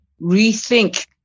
rethink